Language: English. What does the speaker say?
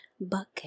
bucket